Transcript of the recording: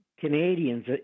Canadians